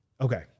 Okay